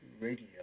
Radio